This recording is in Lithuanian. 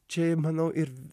čia manau ir